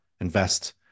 invest